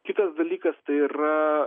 kitas dalykas tai yra